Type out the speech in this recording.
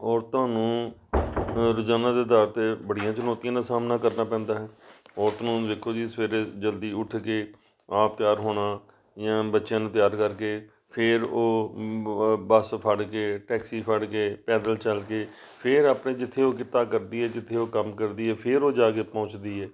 ਔਰਤਾਂ ਨੂੰ ਰੋਜ਼ਾਨਾ ਦੇ ਆਧਾਰ 'ਤੇ ਬੜੀਆਂ ਚੁਣੌਤੀਆਂ ਨਾਲ ਸਾਹਮਣਾ ਕਰਨਾ ਪੈਂਦਾ ਹੈ ਔਰਤ ਨੂੰ ਦੇਖੋ ਜੀ ਸਵੇਰੇ ਜਲਦੀ ਉੱਠ ਕੇ ਆਪ ਤਿਆਰ ਹੋਣਾ ਜਾਂ ਬੱਚਿਆਂ ਨੂੰ ਤਿਆਰ ਕਰਕੇ ਫਿਰ ਉਹ ਬਸ ਫੜ ਕੇ ਟੈਕਸੀ ਫੜ ਕੇ ਪੈਦਲ ਚੱਲ ਕੇ ਫਿਰ ਆਪਣੇ ਜਿੱਥੇ ਉਹ ਕਿੱਤਾ ਕਰਦੀ ਹੈ ਜਿੱਥੇ ਉਹ ਕੰਮ ਕਰਦੀ ਹੈ ਫਿਰ ਉਹ ਜਾ ਕੇ ਪਹੁੰਚਦੀ ਹੈ